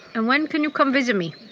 and when can you come visit me?